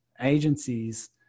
agencies